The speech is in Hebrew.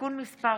(תיקון מס'